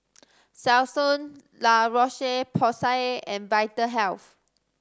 Selsun La Roche Porsay and Vitahealth